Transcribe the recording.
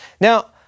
Now